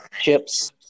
chips